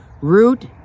root